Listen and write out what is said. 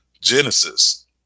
Genesis